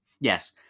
Yes